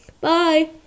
Bye